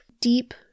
deep